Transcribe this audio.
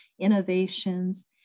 innovations